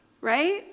right